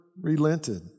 relented